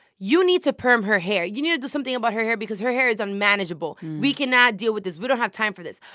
you need to perm her hair. you need to do something about her hair because her hair is unmanageable. we cannot deal with this. we don't have time for this.